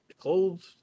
clothes